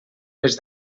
les